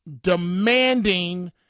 demanding